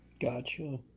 Gotcha